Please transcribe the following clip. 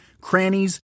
crannies